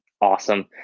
Awesome